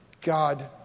God